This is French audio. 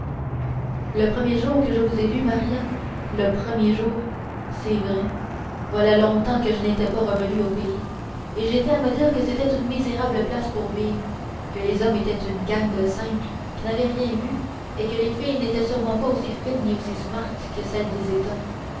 le premier jour que je vous ai vue maria le premier jour c'est vrai voilà longtemps que je n'étais revenu au pays et j'étais à me dire que c'était une misérable place pour vivre que les hommes étaient une gang de simples qui n'avaient rien vu et que les filles n'étaient sûrement pas aussi fines ni aussi smart que celles des états